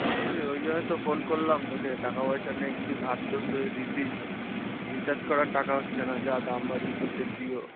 ওই ওই জন্যই তো ফোন করলাম তোকে টাকা পয়সা নেই কিছু ধার ধুর যদি দিতিস রিচার্জ করার টাকা হচ্ছে না যা দাম বাড়িয়ে দিয়েছে জিও